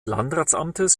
landratsamtes